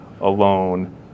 alone